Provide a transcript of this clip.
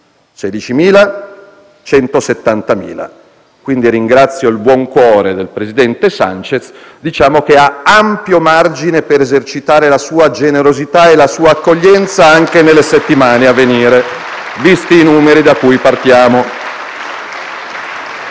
16.000 contro 170.000. Ringrazio il buon cuore del presidente Sánchez, il quale ha ampio margine per esercitare la sua generosità e la sua accoglienza anche nelle settimane a venire*,* visti i numeri da cui partiamo*.